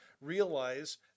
realize